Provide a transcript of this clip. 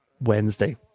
Wednesday